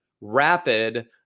rapid